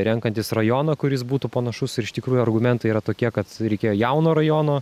renkantis rajoną kuris būtų panašus ir iš tikrųjų argumentai yra tokie kad reikėjo jauno rajono